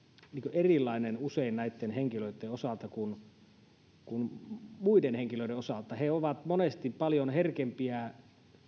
erilainen näitten henkilöitten osalta kuin muiden henkilöiden osalta he ovat monesti paljon herkempiä